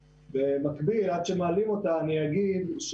במקביל, עד שמעלים אותה חשוב להגיד,